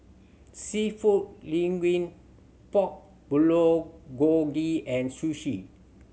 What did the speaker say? Seafood Linguine Pork Bulgogi and Sushi